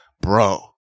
bro